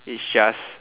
is just